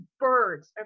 birds